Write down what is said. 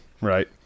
Right